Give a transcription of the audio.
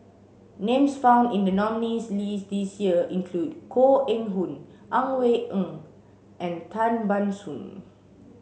names found in the nominees' list this year include Koh Eng Hoon Ang Wei Neng and Tan Ban Soon